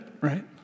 right